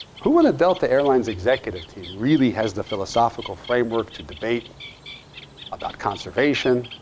who on a delta airlines executive team really has the philosophical framework to debate about conservation?